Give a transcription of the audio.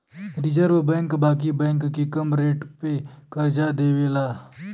reserve bank बाकी bank के कम रेट पे करजा देवेला